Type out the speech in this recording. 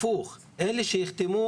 הפוך, אלה שיחתמו,